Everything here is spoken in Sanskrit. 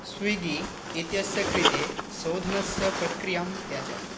स्विगी इत्यस्य कृते शोधनस्य प्रक्रियां त्यज